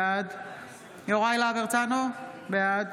בעד יוראי להב הרצנו, בעד